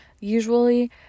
Usually